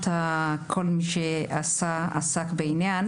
את כל מי שעסק בעניין,